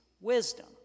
wisdom